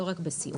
לא רק בסיעוד,